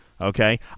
Okay